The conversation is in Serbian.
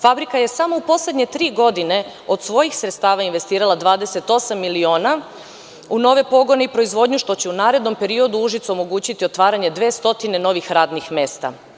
Fabrika je samo u poslednje tri godine od svojih sredstava investirala 28 miliona u nove pogone i proizvodnju, što će u narednom periodu Užicu omogućiti otvaranje 200 novih radnih mesta.